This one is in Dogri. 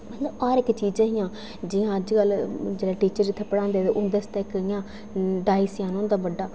मतलब हर इक चीजां हियां जि'यां अजकल टीचर जेहड़े जित्थै पढ़ांदे ते ओह् दसदे कि'यां डायस जन होंदा बड्डा